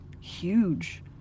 huge